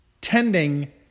tending